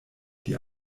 die